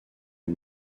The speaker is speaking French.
les